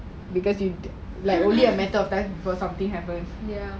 ya